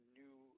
new